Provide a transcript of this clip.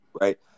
right